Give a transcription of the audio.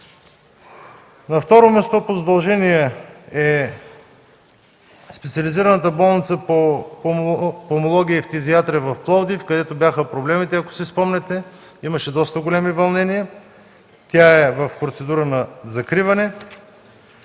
На второ място по задължения е Специализираната болница по пулмология и фтизиатрия в Пловдив, където бяха проблемите, и ако си спомняте, имаше доста големи вълнения. Тя е в процедура на закриване.